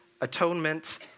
atonement